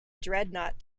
dreadnought